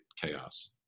chaos